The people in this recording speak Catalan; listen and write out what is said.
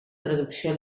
traducció